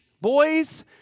boys